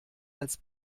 als